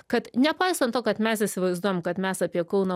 kad nepaisant to kad mes įsivaizduojam kad mes apie kauno